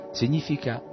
significa